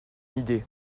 idée